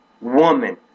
woman